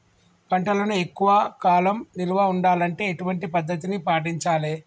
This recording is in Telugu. పంటలను ఎక్కువ కాలం నిల్వ ఉండాలంటే ఎటువంటి పద్ధతిని పాటించాలే?